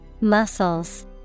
Muscles